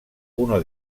uno